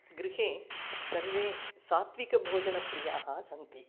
गृहे सर्वे सात्त्विकभोजनप्रियाः सन्ति